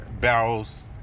barrels